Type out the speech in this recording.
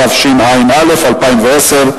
התשע"א 2010,